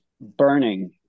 burning